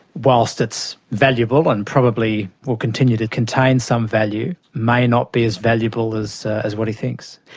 whilst it's valuable and probably will continue to contain some value, may not be as valuable as as what he thinks.